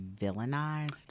villainized